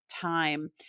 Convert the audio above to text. time